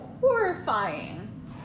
horrifying